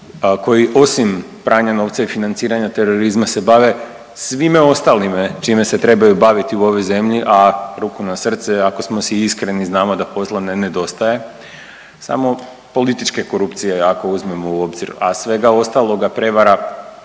koji osim pranja novca i financiranja terorizma se bave svime ostalime čime se trebaju baviti u ovoj zemlji, a ruku na srce ako smo si iskreni znamo da posla ne nedostaje samo političke korupcije ako uzmemo u obzir, a sve ostaloga prevara